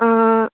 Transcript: ಹಾಂ